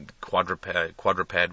quadruped